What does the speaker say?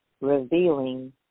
revealing